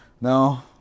No